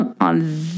on